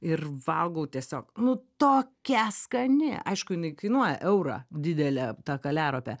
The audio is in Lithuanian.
ir valgau tiesiog nu tokia skani aišku jinai kainuoja eurą didelė ta kaliaropė